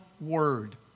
word